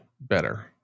better